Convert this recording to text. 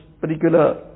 particular